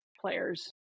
players